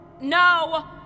No